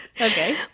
Okay